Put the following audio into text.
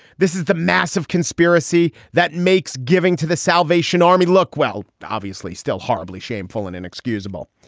this is the massive conspiracy that makes giving to the salvation army look well, obviously still horribly shameful and inexcusable.